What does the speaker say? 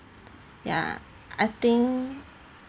ya I think